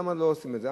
למה לא עושים את זה?